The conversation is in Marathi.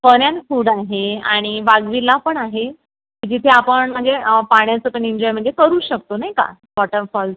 फन अँड फूड आहे आणि वाघवीला पण आहे जिथे आपण म्हणजे पाण्याचं पण एन्जॉय म्हणजे करूच शकतो नाही का वॉटरफॉल्स